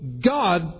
God